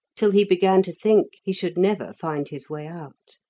till he began to think he should never find his way out.